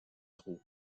trot